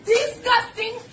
disgusting